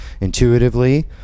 intuitively